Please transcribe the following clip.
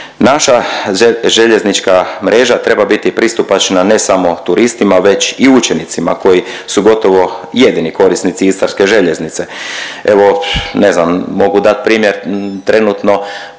Naša željeznička mreža treba biti pristupačna ne samo turistima već i učenicima koji su gotovo jedini korisnici istarske željeznice. Evo, ne znam mogu dati primjer trenutno